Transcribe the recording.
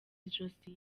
ijosi